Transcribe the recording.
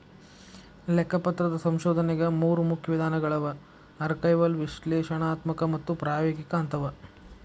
ಲೆಕ್ಕಪತ್ರದ ಸಂಶೋಧನೆಗ ಮೂರು ಮುಖ್ಯ ವಿಧಾನಗಳವ ಆರ್ಕೈವಲ್ ವಿಶ್ಲೇಷಣಾತ್ಮಕ ಮತ್ತು ಪ್ರಾಯೋಗಿಕ ಅಂತವ